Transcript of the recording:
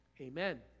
Amen